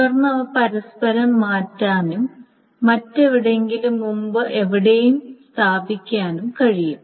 തുടർന്ന് അവ പരസ്പരം മാറ്റാനും മറ്റെവിടെയെങ്കിലും മുമ്പ് എവിടെയും സ്ഥാപിക്കാനും കഴിയും